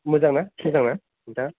मोजांना थिग दंना नोंथाङा